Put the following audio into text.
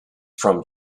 from